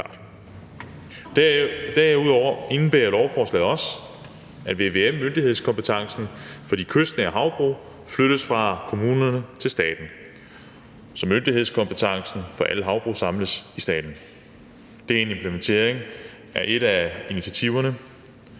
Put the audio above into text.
Derudover indebærer lovforslaget også, at vvm-myndighedskompetencen for de kystnære havbrug flyttes fra kommunerne til staten, så myndighedskompetencen for alle havbrug samles i staten. Det er en implementering af et af initiativerne,